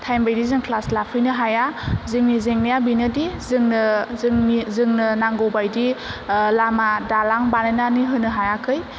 time बायदि जों class लाफैनो हाया जोंनि जेंनाया बेनोदि जोंनो जोंनि जोंनो नांगौ बायदि लामा दालां बानायनानै होनो हायाखै